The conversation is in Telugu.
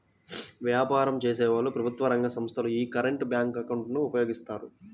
వ్యాపారం చేసేవాళ్ళు, ప్రభుత్వ రంగ సంస్ధలు యీ కరెంట్ బ్యేంకు అకౌంట్ ను ఉపయోగిస్తాయి